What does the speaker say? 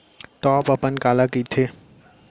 Top अपन काला कहिथे?